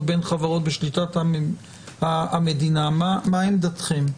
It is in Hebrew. בין חברות בשליטת המדינה - מה עמדתכם?